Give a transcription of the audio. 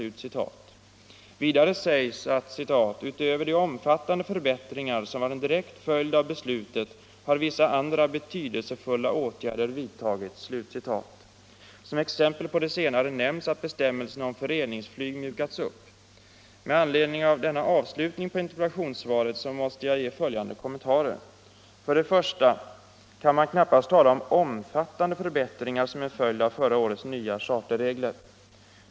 Utöver de omfattande förbättringar som var en direkt följd av beslutet har vissa andra betydelsefulla åtgärder vidtagits.” Som exempel på det senare nämns att bestämmelserna om föreningsflyg mjukats upp. Med anledning av denna avslutning på interpellationssvaret måste jag göra följande kommentarer. För det första kan man knappast tala om omfattande förbättringar som en följd av förra årets nya charterregler.